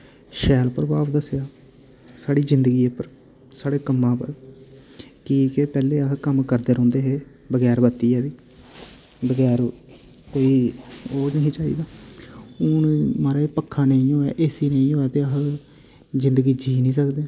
शैल प्रभाव दस्सेआ साढ़ी जिन्दगी उप्पर साढ़े कम्मा उप्पर कि के पैह्ले अस कम्म करदे रोह्नदे हे बगैर बत्तिये वि बगैर कोई ओ नि ही चाहिदा हुन माराज पक्खा नेईं होऐ एसी नेईं होऐ ते अस जिन्दगी जी नि सकदे